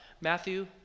Matthew